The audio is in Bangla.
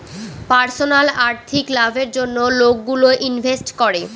পার্সোনাল আর্থিক লাভের জন্য লোকগুলো ইনভেস্ট করে